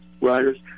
riders